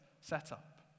setup